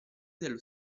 dello